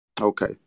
Okay